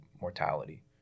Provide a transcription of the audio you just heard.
mortality